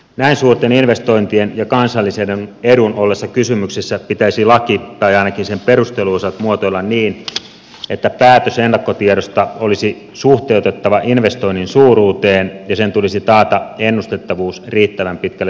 näin suurten investointien ja kansallisen edun ollessa kysymyksessä pitäisi laki tai ainakin sen perusteluosat muotoilla niin että päätös ennakkotiedosta olisi suhteutettava investoinnin suuruuteen ja sen tulisi taata ennustettavuus riittävän pitkälle tulevaisuuteen